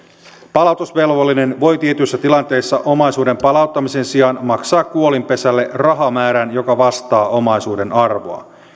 palautusvelvollinen voi tietyissä tilanteissa omaisuuden palauttamisen sijaan maksaa kuolinpesälle rahamäärän joka vastaa omaisuuden arvoa